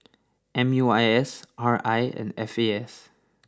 M U I S R I and F A S